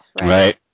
Right